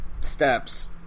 steps